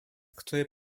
który